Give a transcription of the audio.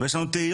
ויש לנו תהיות.